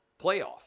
playoff